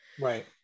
Right